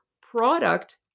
product